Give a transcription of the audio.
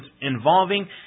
involving